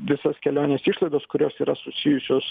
visas kelionės išlaidas kurios yra susijusios